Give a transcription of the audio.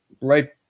right